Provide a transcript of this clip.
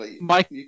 Mike